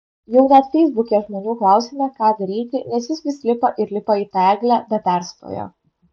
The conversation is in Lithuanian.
jau net feisbuke žmonių klausėme ką daryti nes jis vis lipa ir lipa į tą eglę be perstojo